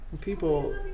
People